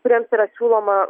kuriems yra siūloma